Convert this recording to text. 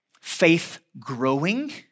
faith-growing